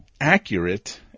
accurate